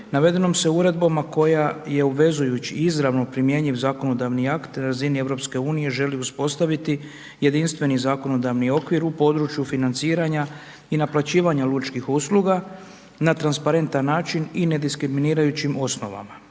Navedenom se uredbama, koja je obvezujući i izravno primjenjiv zakonodavni akt, na razini EU, želi uspostaviti jedinstveni zakonodavni okvir u području financiranja i naplaćivanja lučkih usluga na transparentan način i ne diskriminirajućim osnovama.